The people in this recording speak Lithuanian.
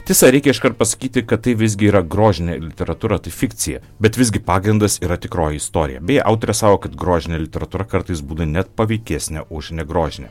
tiesa reikia iškart pasakyti kad tai visgi yra grožinė literatūra tai fikcija bet visgi pagrindas yra tikroji istorija bei autorė sako kad grožinė literatūra kartais būna net paveikesnė už negrožinę